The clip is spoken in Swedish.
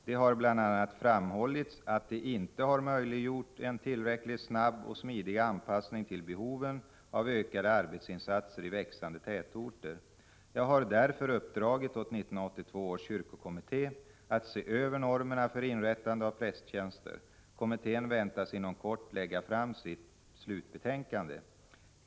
Det har bl.a. framhållits, att de inte har möjliggjort en tillräckligt snabb och smidig anpassning till behoven av ökade arbetsinsatser i växande tätorter. Jag har därför uppdragit åt 1982 års kyrkokommitté att se över normerna för inrättande av prästtjänster. Kommittén väntas inom kort lägga fram sitt slutbetänkande.